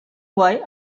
why